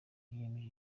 yemeje